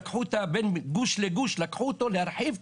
בין גוש לגוש לקחו אותו להרחיב,